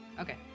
Okay